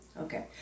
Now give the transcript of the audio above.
Okay